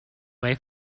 way